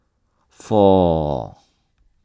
four